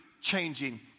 changing